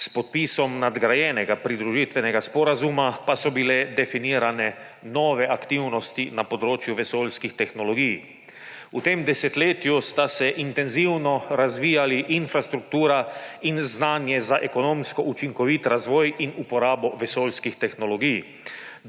S podpisom nadgrajenega pridružitvenega sporazuma pa so bile definirane nove aktivnosti na področju vesoljskih tehnologij. V tem desetletju sta se intenzivno razvijali infrastruktura in znanje za ekonomsko učinkovit razvoj in uporabo vesoljskih tehnologij.